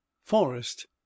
forest